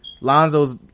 Lonzo's